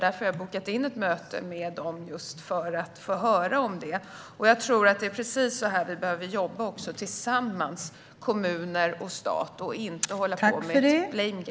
Därför har jag bokat in ett möte med dem för att få höra om exemplet. Kommuner och stat behöver jobba tillsammans och inte ägna sig åt blame game.